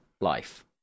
life